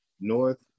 North